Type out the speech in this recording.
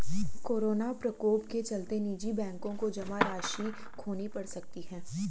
corona प्रकोप के चलते निजी बैंकों को जमा राशि खोनी पढ़ सकती है